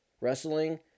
Wrestling